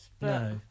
No